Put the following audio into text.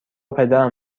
پدرم